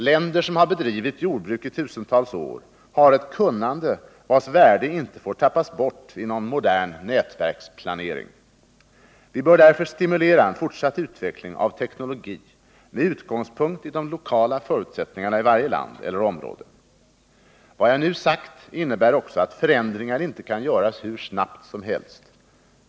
Länder som bedrivit jordbruk i tusentals år har ett kunnande, vars värde inte får tappas bort i någon modern nätverksplanering. Vi bör därför stimulera en fortsatt utveckling av teknologi med utgångspunkt i de lokala förutsättningarna i varje land eller område. Vad jag nu sagt innebär också att förändringar inte kan göras hur snabbt som helst.